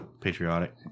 Patriotic